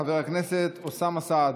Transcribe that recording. חבר הכנסת אוסאמה סעדי.